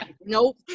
Nope